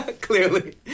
Clearly